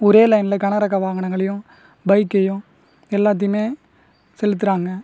ஒரே லைனில் கனரக வாகனங்களையும் பைக்கையும் எல்லாத்தையுமே செலுத்துகிறாங்க